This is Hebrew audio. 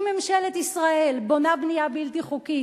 אם ממשלת ישראל בונה בנייה בלתי חוקית,